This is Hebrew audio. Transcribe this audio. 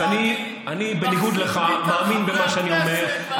אז אני, בניגוד לך, מאמין במה שאני אומר.